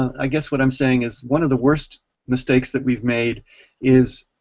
i guess what i'm saying is, one of the worst mistakes that we've made is